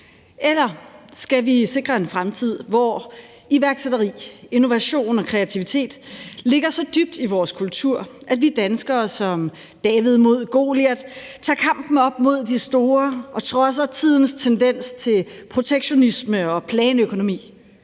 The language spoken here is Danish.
Eller skal vi sikre en fremtid, hvor iværksætteri, innovation og kreativitet ligger så dybt i vores kultur, at vi danskere som David mod Goliat tager kampen op mod de store og trodser tidens tendens til protektionisme og planøkonomi,